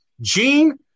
Gene